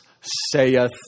saith